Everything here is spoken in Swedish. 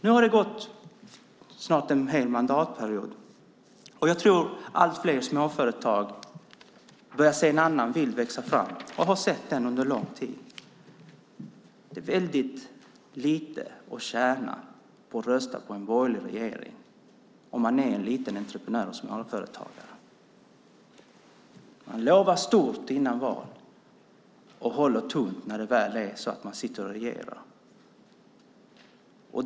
Nu har det snart gått en hel mandatperiod, och jag tror att allt fler småföretag börjar se en annan bild växa fram och har sett den under lång tid. En liten entreprenör och småföretagare har väldigt lite att tjäna på att rösta på en borgerlig regering. De borgerliga partierna lovade mycket före valet men håller tunt när de väl sitter och regerar.